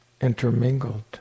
intermingled